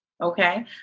Okay